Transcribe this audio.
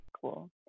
Cool